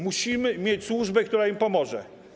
Musimy mieć służbę, która im pomoże.